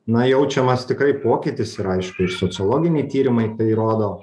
na jaučiamas tikrai pokytis ir aišku ir sociologiniai tyrimai tai rodo